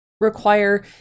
Require